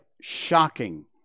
Shocking